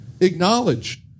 acknowledge